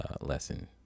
lesson